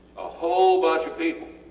a whole bunch of people,